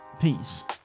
peace